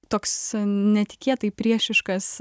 toks netikėtai priešiškas